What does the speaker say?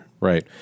Right